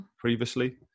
previously